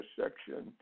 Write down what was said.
section